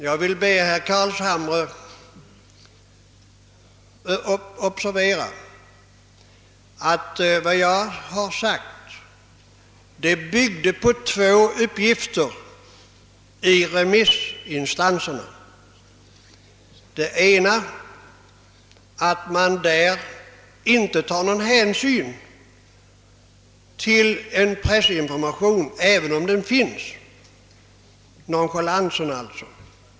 Jag vill be herr Carlshamre observera att vad jag har sagt bygger på två uppgifter från remissinstanserna. Den ena var att man inte tar hänsyn till någon pressinformation även om den finns — alltså nonchalansen.